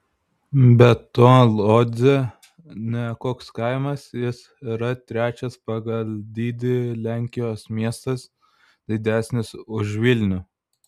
be to lodzė ne koks kaimas jis yra trečias pagal dydį lenkijos miestas didesnis už vilnių